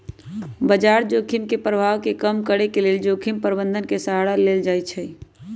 बजार जोखिम के प्रभाव के कम करेके लेल जोखिम प्रबंधन के सहारा लेल जाइ छइ